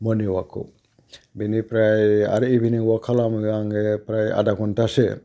मरनिं वाकखौ बेनिफ्राय आरो इभिनिं वाक खालामो आङो फ्राय आधा घन्टासो